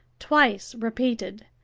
twice repeated,